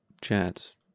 chats